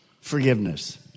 forgiveness